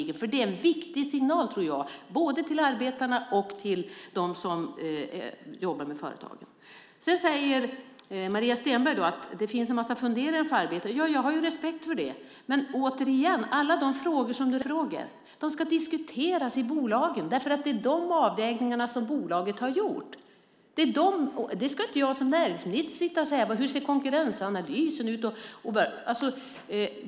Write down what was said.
Jag tror att det är en viktig signal både till arbetarna och till dem som jobbar med företagen. Sedan säger Maria Stenberg att det finns en massa funderingar hos arbetarna. Jag har respekt för det. Men alla de frågor som du räknar upp är ägarfrågor. De ska diskuteras i bolagen. Det är de avvägningarna som bolaget har gjort. Jag som näringsminister ska inte sitta och säga hur konkurrensanalysen ser ut.